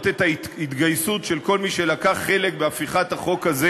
את ההתגייסות של כל מי שלקח חלק בהפיכת החוק הזה